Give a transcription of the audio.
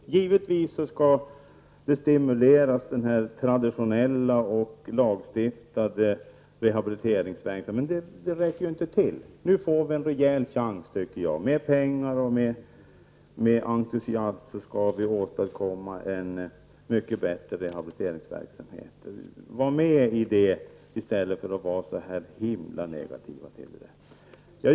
Givetvis skall man stimulera den traditionella, lagstadgade rehabiliteringsverksamheten, men den räcker ju inte. Vi får nu en rejäl chans. Med pengar och med entusiasm skall vi åstadkomma en mycket bättre rehabiliteringsverksamhet. Var med på det i stället för att vara så förskräckligt negativa!